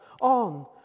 on